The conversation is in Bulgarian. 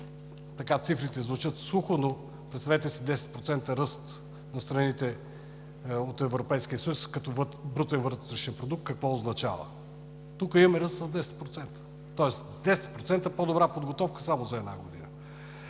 така цифрите звучат сухо, но представете си 10% ръст на страните от Европейския съюз като брутен вътрешен продукт, какво означава. Тук имаме ръст с 10%! Тоест 10% по-добра подготовка само за една година.